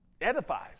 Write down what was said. edifies